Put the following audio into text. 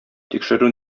тикшерү